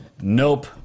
Nope